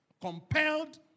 compelled